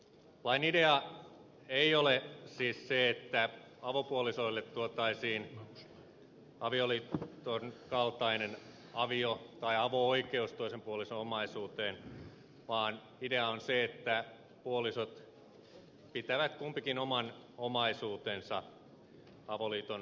lain idea ei ole siis se että avopuolisoille tuotaisiin avioliiton kaltainen avio tai avo oikeus toisen puolison omaisuuteen vaan idea on se että puolisot pitävät kumpikin oman omaisuutensa avoliiton purkautuessa